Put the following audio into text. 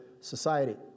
Society